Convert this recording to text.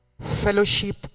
fellowship